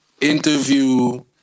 interview